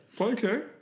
okay